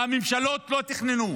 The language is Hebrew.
והממשלות לא תכננו,